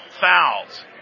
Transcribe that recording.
Fouls